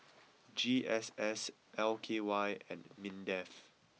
G S S L K Y and Mindef